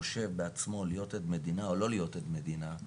חושב בעצמו להיות עד מדינה או לא להיות עד מדינה,